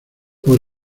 por